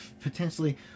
potentially